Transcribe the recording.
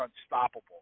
unstoppable